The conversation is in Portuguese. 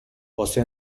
você